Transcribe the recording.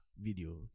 video